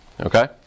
Okay